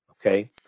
Okay